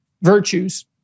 virtues